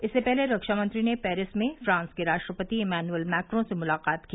इससे पहले रक्षा मंत्री ने पेरिस में फ्रांस के राष्ट्रपति एमेनुअल मैक्रो से मुलाकात की